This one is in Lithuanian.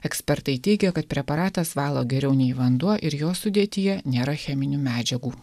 ekspertai teigia kad preparatas valo geriau nei vanduo ir jo sudėtyje nėra cheminių medžiagų